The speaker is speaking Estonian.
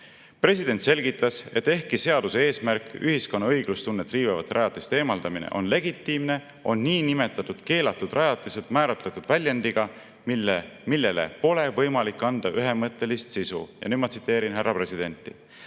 selgitas, et ehkki seaduse eesmärk eemaldada ühiskonna õiglustunnet riivavad rajatised on legitiimne, on niinimetatud keelatud rajatised määratletud väljendiga, millele pole võimalik anda ühemõttelist sisu. Ja nüüd ma kohe tsiteerin härra presidenti.